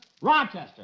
Rochester